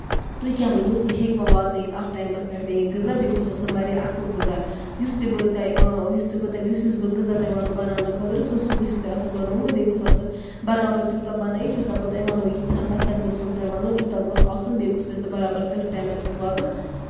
تُہۍ کیاہ ؤنِو تُہۍ ہیٚکوا واتنٲوِتھ اَتھ ٹایمَس پٮ۪ٹھ مےٚ یہِ غزاہ بیٚیہِ گوٚژھ آسُن واریاہ اَصٕل غزاہ یُس تہِ بہٕ تۄہہِ یُس تہِ بہٕ تۄہہِ یُس یُس تہِ غزاہ وَنو بہٕ بَناونہٕ خٲطرٕ سُہ سُہ گٔژِھو تۄہہِ آسُن بَنوومُت بیٚیہِ گوٚژھ آسُن برابر تیوٗتاہ بَنٲوِتھ یوٗتاہ بہٕ تۄہہِ وَنو ییٚتٮ۪ن پَژھین سُمب بہٕ تۄہہِ وَنو تیوٗتاہ گوٚژھ آسُن بیٚیہِ گوٚژھ مےٚ سُہ برابر تٔتھۍ ٹایمَس پٮ۪ٹھ سُہ واتُن